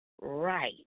right